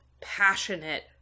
passionate